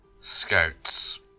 Scouts